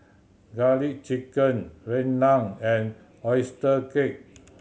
Garlic Chicken rendang and oyster cake